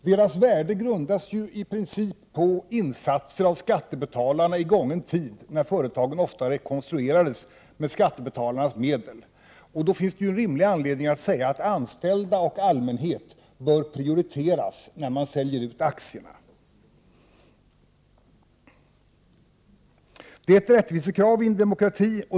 Deras värde grundas ju i princip på insatser av skattebetalarna i gången tid när företagen ofta rekonstruerades med skattebetalarnas medel. Därför finns det anledning att säga att anställda och allmänhet bör prioriteras när aktierna säljs ut. Det är ett rättvisekrav i en demokrati.